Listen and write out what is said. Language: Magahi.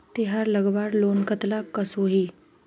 तेहार लगवार लोन कतला कसोही?